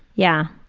yeah,